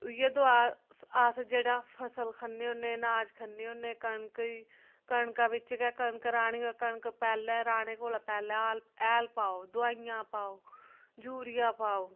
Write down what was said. उ'ऐ दवा अस जेह्ड़ा फसल खन्ने होन्ने अनाज खन्ने होन्ने कनक कनकै बिच्च गै कनक र्हानी होऐ कनक कोला पैह्लें हैल पाओ दवाइयां पाओ यूरिया पाओ